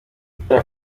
gutera